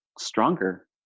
stronger